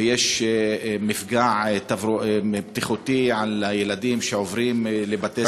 שבהן עוברות כל הרכבות ויש מפגע בטיחותי לילדים שעוברים לבתי-ספר.